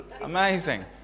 amazing